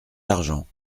l’argent